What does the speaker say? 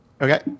Okay